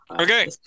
Okay